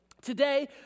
Today